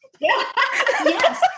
yes